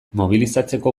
mobilizatzeko